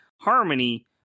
Harmony